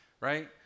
right